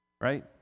right